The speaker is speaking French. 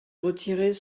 retirer